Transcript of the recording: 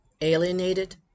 alienated